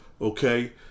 okay